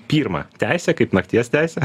pirmą teisę kaip nakties teisę